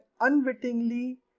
unwittingly